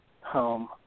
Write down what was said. home